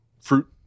fruit